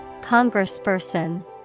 Congressperson